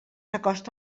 acosta